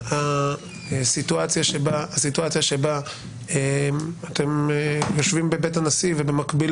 הסיטואציה שבה אתם יושבים בבית הנשיא ובמקביל